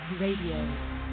Radio